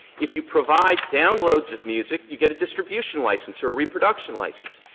if you provide downloads of music, you get a distribution license or a reproduction license.